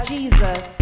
Jesus